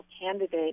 candidate